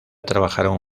trabajaron